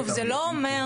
זה לא אומר,